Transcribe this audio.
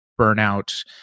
burnout